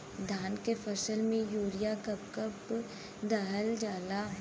धान के फसल में यूरिया कब कब दहल जाला?